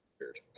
weird